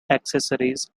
accessories